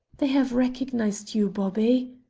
they have recognized you, bobby!